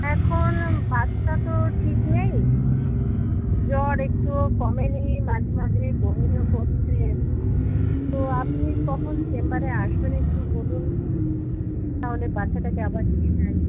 এখন বাচ্চা তো ঠিক নেই জ্বর একটুও কমেনি মাঝে মাঝে বমিও করছে তো আপনি কখন চেম্বারে আসবেন একটু বলুন তাহলে বাচ্চাটাকে আবার নিয়ে যাই